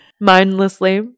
mindlessly